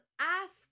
ask